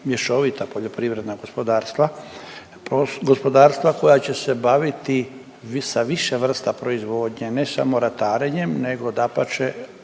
mješovita poljoprivredna gospodarstva, gospodarstva koja će se baviti sa više vrsta proizvodnje, ne samo ratarenjem, nego dapače,